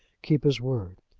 keep his word.